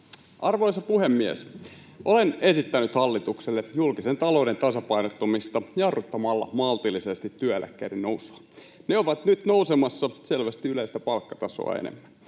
Arvoisa puhemies! Olen esittänyt hallitukselle julkisen talouden tasapainottamista jarruttamalla maltillisesti työeläkkeiden nousua. Ne ovat nyt nousemassa selvästi yleistä palkkatasoa enemmän.